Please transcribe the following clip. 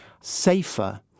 safer